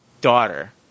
daughter